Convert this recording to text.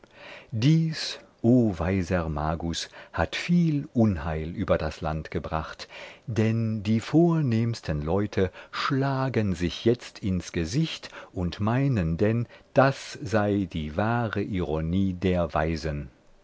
o weiser magus hat viel unheil über das land gebracht denn die vornehmsten leute schlagen sich jetzt ins gesicht und meinen denn das sei die wahre ironie der weisen